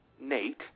Nate